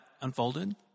unfolded